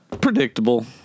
Predictable